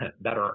better